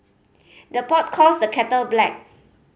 the pot calls the kettle black